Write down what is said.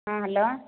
ହଁ ହ୍ୟାଲୋ